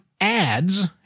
ads